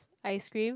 ice cream